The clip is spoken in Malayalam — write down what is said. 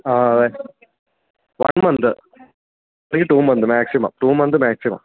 ആ അതെ വൺ മന്ത് ഇല്ലെങ്കിൽ two month maximum two month maximum